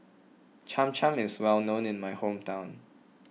Cham Cham is well known in my hometown